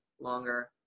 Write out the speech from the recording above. longer